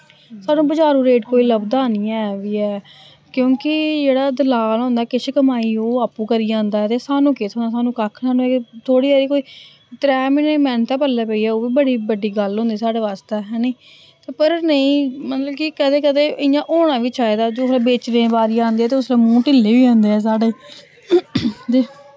सानू बजारु रेट कोई लभदा निं ऐ बी ऐ क्यूंकि जेह्ड़ा दलाल होंदा किश कमाई ओह् आपूं करी आंदा ऐ ते सानू केह् थ्होना सानू कक्ख निं सानू एह् थोह्ड़ी हारी कोई त्रै म्हीने दी मैह्नत ऐ पल्लै पेई जाऽ ओह् बी बड़ी बड्डी गल्ल होंदी साढ़े वास्तै हैनी ते पर नेईं मतलब कि कदें कदें इ'यां होना बी चाहिदा जिसलै बेचने दी बारी आंह्दी ते उसलै मूंह् ढिल्ले होई जन्दे ऐ साढ़े ते